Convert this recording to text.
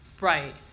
Right